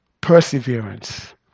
perseverance